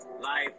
Life